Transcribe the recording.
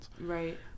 right